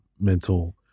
mental